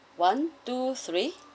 one two three